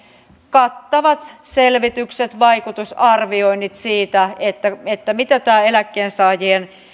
kattavat selvitykset vaikutusarvioinnit siitä miten tämä eläkkeensaajien